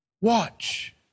watch